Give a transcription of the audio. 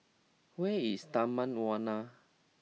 where is Taman Warna